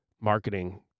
marketing